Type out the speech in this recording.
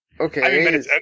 okay